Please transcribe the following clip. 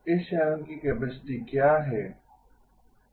इस चैनल की कैपेसिटी क्या है